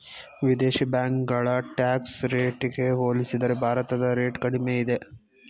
ವಿದೇಶಿ ಬ್ಯಾಂಕುಗಳ ಟ್ಯಾಕ್ಸ್ ರೇಟಿಗೆ ಹೋಲಿಸಿದರೆ ಭಾರತದ ರೇಟ್ ಕಡಿಮೆ ಇದೆ